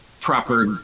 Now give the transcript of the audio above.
proper